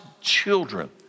children